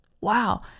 Wow